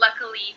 luckily